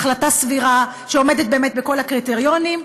החלטה סבירה שעומדת באמת בכל הקריטריונים.